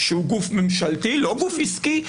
שהוא גוף ממשלתי ולא גוף עסקי,